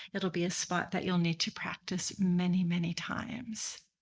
it'll be a spot that you'll need to practice many many times.